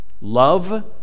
love